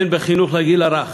הן בחינוך לגיל הרך,